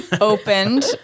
opened